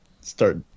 start